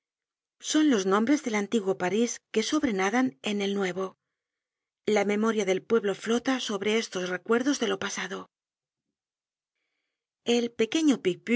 son los nombres del antiguo parís que sobrenadan en el nuevo la memoria del pueblo flota sobre estos recuerdos de lo pasado el pequeño